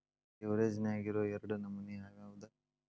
ಲಿವ್ರೆಜ್ ನ್ಯಾಗಿರೊ ಎರಡ್ ನಮನಿ ಯಾವ್ಯಾವ್ದ್?